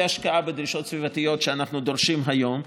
ההשקעה בדרישות סביבתיות שאנחנו דורשים היום,